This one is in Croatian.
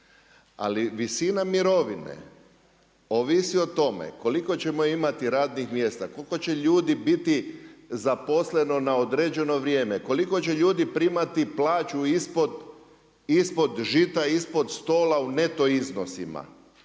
Ali visina mirovine ovisi o tome koliko ćemo imati radnih mjesta, koliko će ljudi biti zaposleno na određeno vrijeme, koliko će ljudi primati plaću ispod žita, ispod stola u neto iznosima.